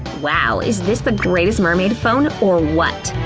wow, is this the greatest mermaid phone, or what?